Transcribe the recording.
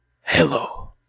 Hello